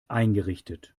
eingerichtet